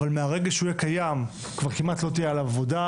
אבל מהרגע שהוא יהיה קיים כבר כמעט לא תהיה עליו עבודה,